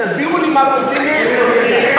תסבירו לי, מה גוזלים מהם?